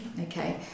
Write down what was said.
Okay